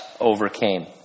overcame